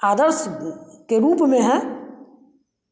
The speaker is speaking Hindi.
आदर्श के रूप में हैं